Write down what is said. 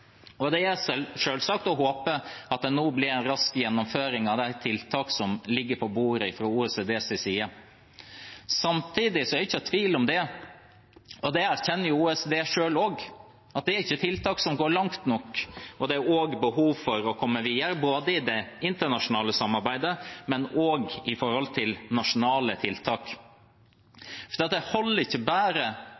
Det er selvsagt å håpe at det nå blir en rask gjennomføring av de tiltakene som ligger på bordet fra OECDs side. Samtidig er det ikke tvil om – og det erkjenner OECD selv også – at dette ikke er tiltak som går langt nok. Det er behov for å komme videre både i det internasjonale samarbeidet og når det gjelder nasjonale tiltak.